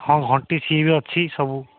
ହଁ ବି ଅଛି ସବୁ